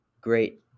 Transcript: great